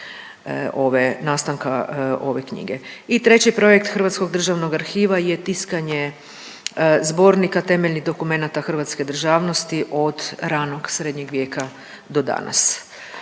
nastanka ove knjige. I treći projekt Hrvatskog državnog arhiva je tiskanje Zbornika temeljnih dokumenata hrvatske državnosti od ranog srednjeg vijeka do danas.